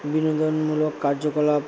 বিনোদনমূলক কার্যকলাপ